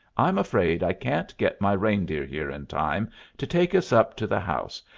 i'm afraid i can't get my reindeer here in time to take us up to the house,